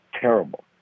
terrible